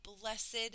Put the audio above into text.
blessed